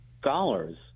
scholars